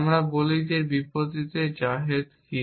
যেমন আমরা বলি যে এর বিপরীতে জাদেহ কি